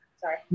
Sorry